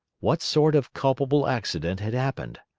what sort of culpable accident had happened?